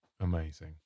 Amazing